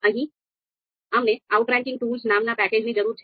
અહીં અમને outranking tools નામના પેકેજની જરૂર છે